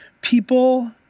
people